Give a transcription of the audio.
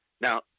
Now